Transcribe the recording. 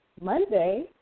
Monday